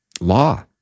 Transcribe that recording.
law